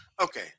Okay